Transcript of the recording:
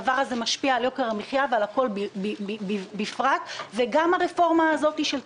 הדבר הזה משפיע על יוקר המחייה ועל הכול ובתוך זה גם הרפורמה המדוברת.